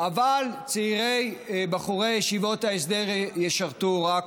בחורי ישיבות ההסדר ישרתו רק